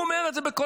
הוא אומר את זה בקולו